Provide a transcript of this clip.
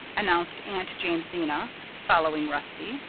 announced aunt jamesina, following rusty.